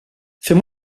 fem